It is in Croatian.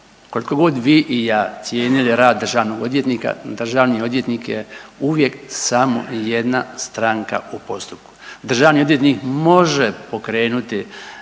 Koliko god vi i ja cijenili rad državnog odvjetnika, državni odvjetnik je uvijek samo i jedna stranka u postupku. Državni odvjetnik može pokrenuti